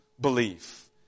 belief